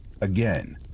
Again